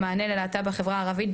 כמענה ללהט״ב בחברה הערבית,